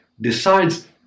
decides